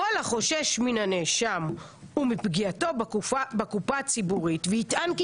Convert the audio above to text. כל החושש מן הנאשם ומפגיעתו בקופה הציבורית ויטען כי